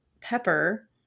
pepper